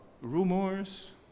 rumors